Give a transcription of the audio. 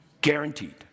Guaranteed